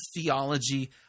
theology